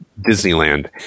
Disneyland